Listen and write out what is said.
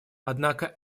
однако